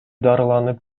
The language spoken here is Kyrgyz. дарыланып